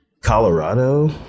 Colorado